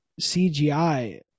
CGI